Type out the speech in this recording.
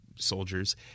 soldiers